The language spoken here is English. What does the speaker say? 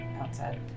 outside